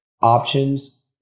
options